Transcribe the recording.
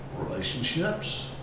relationships